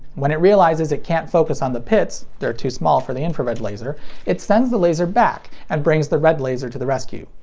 when it realizes it can't focus on the pits they're too small for the infrared laser it sends the laser back, and brings the red laser to the rescue.